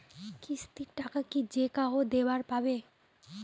কিস্তির টাকা কি যেকাহো দিবার পাবে?